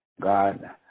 God